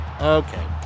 Okay